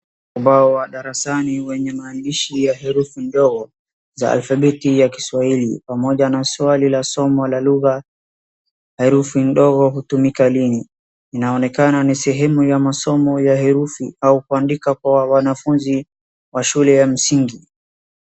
Umbao wa darasani wenye maandishi ya herufi ndogo za alfabeti za kiswahili pamoja na swali la somo la lugha herufi ndogo hutumika lini. Inaonekana ni sehemu ya masomo ya herufi au kuandika kwa wanafunzi wa shule ya msingi.